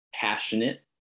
passionate